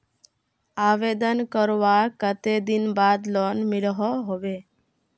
आवेदन करवार कते दिन बाद लोन मिलोहो होबे?